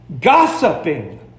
gossiping